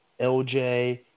LJ